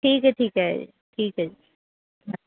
ਠੀਕ ਹੈ ਠੀਕ ਹੈ ਠੀਕ ਹੈ